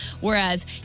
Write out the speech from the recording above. Whereas